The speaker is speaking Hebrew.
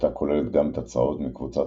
שעתה כוללת גם את הצרעות מקבוצת